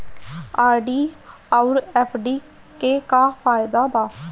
RD आउर FD के का फायदा बा?